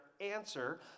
answer